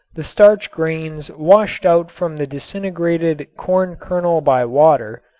the starch grains washed out from the disintegrated corn kernel by water,